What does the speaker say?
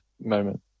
moment